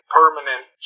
permanent